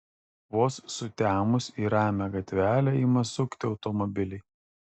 vos sutemus į ramią gatvelę ima sukti automobiliai